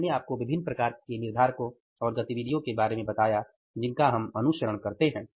तो मैंने आपको विभिन्न प्रकार के निर्धारको और गतिविधियों के बारे में बताया जिनका हम अनुसरण करते हैं